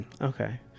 okay